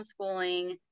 homeschooling